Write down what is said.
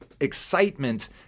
excitement